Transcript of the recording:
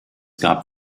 gab